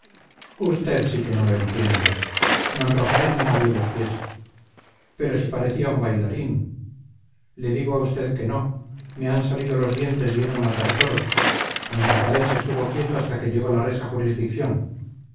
usted sí que no lo entiende d rafael no movió los pies pero si parecía un bailarín le digo a usted que no me han salido los dientes viendo matar toros d rafael se estuvo quieto hasta que llegó la res a jurisdicción